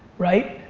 right?